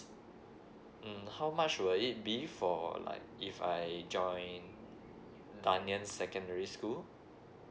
mm how much will it be for like if I join dunearn secondary school